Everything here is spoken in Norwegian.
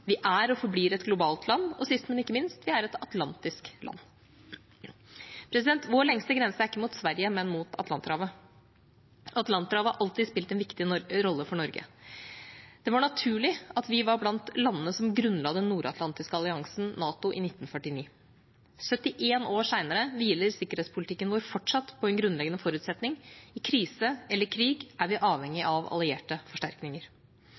Vi er og forblir et globalt land. Og sist, men ikke minst: Vi er et atlantisk land. Vår lengste grense er ikke mot Sverige, men mot Atlanterhavet. Atlanterhavet har alltid spilt en viktig rolle for Norge. Det var naturlig at vi var blant landene som grunnla den nordatlantiske alliansen, NATO, i 1949. 71 år senere hviler sikkerhetspolitikken vår fortsatt på en grunnleggende forutsetning: I krise eller krig er vi avhengige av allierte forsterkninger.